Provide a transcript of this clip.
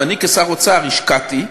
גם אני, כשר האוצר, השקעתי,